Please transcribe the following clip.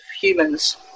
humans